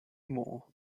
more